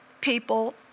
people